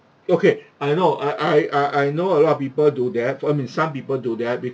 okay I know I I I I know a lot of people do that I mean some people do that